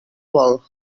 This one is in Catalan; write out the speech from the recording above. vol